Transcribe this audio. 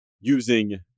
using